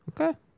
Okay